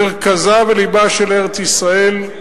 מרכזה ולבה של ארץ-ישראל,